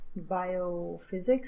biophysics